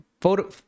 photo